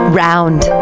round